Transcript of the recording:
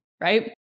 right